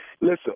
Listen